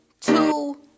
two